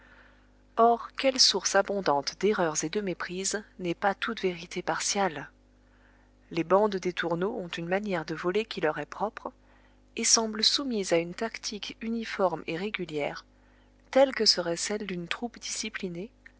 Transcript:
or quelle source abondante d'erreurs et de méprises n'est pas toute vérité partiale les bandes d'étourneaux ont une manière de voler qui leur est propre et semble soumise à une tactique uniforme et régulière telle que serait celle d'une troupe disciplinée